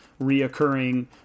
reoccurring